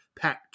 Pat